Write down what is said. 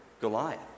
Goliath